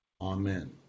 Amen